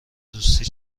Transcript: دوستی